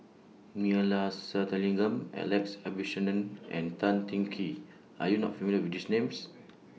Neila Sathyalingam Alex Abisheganaden and Tan Teng Kee Are YOU not familiar with These Names